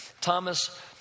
Thomas